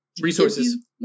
resources